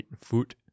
food